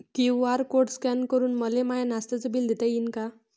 QR code scan करून मले माय नास्त्याच बिल देता येईन का?